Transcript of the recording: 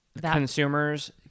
Consumers